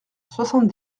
soixante